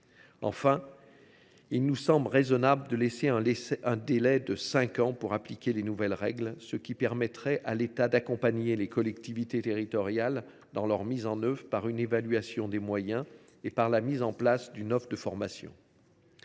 Enfin, il nous semble raisonnable de laisser un délai de cinq ans pour appliquer les nouvelles règles, ce qui permettrait à l’État d’accompagner les collectivités territoriales dans leur mise en œuvre, par une évaluation des moyens et par la mise en place d’une offre de formation.